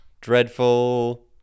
Dreadful